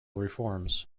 reforms